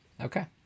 Okay